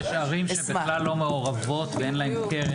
יש ערים שבכלל לא מעורבות ואין להן קרן לעניין הזה.